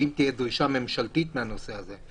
ואם תהיה דרישה ממשלתית בנושא הזה,